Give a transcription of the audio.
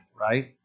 right